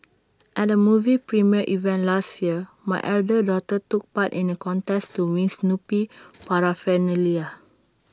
at A movie premiere event last year my elder daughter took part in A contest to win Snoopy Paraphernalia